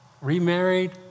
remarried